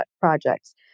projects